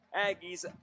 Aggies